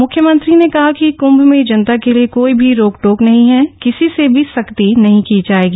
म्ख्यमंत्री ने कहा कि कृंभ में जनता के लिए कोई भी रोक टोक नहीं है किसी से भी सख्ती नहीं की जाएगी